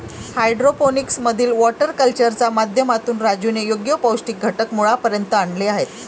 hydroponics मधील water कल्चरच्या माध्यमातून राजूने योग्य पौष्टिक घटक मुळापर्यंत आणले आहेत